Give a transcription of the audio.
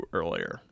earlier